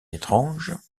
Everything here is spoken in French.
étrange